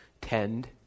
tend